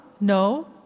no